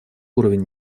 уровень